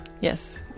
Yes